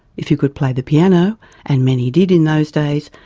if you could play the piano and many did in those days,